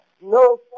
No